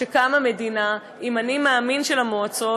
המדינה קמה עם "אני מאמין" של המועצות,